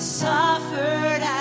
suffered